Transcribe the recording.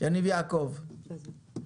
האבזור לרכב.